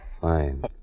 Fine